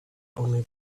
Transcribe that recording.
only